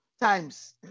times